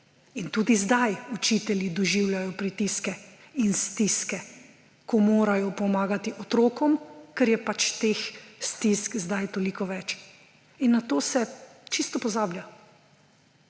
In tudi zdaj učitelji doživljajo pritiske in stiske, ko morajo pomagati otrokom, ker je teh stisk zdaj toliko več in na to se čisto pozablja.